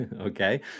okay